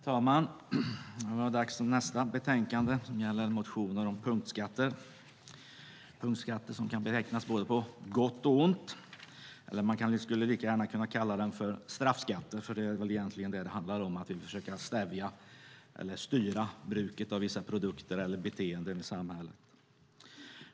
Herr talman! Det är nu dags för nästa betänkande, och det gäller motioner om punktskatter - punktskatter som kan betecknas på gott och ont. Eller man skulle lika gärna kunna kalla det straffskatter, för det är väl egentligen det som det handlar om, att vi ska försöka styra bruket av vissa produkter eller beteenden i samhället.